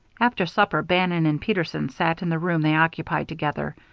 after supper bannon and peterson sat in the room they occupied together.